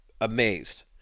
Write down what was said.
amazed